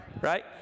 Right